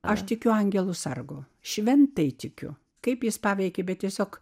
aš tikiu angelu sargu šventai tikiu kaip jis paveikė bet tiesiog